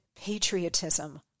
patriotism